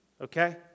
Okay